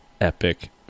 epic